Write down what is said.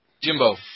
Jimbo